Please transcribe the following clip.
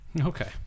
okay